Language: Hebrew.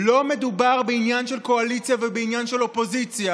לא מדובר בעניין של קואליציה ובעניין של אופוזיציה.